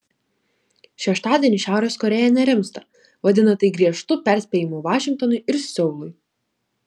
šeštadienį šiaurės korėja nerimsta vadina tai griežtu perspėjimu vašingtonui ir seului